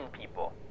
people